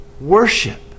worship